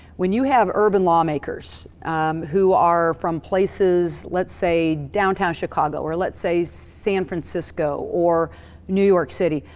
when you have urban lawmakers who are from places, let's say, downtown chicago, or, let's say, san francisco, or new york city.